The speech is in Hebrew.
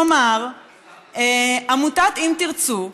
כלומר עמותת אם תרצו,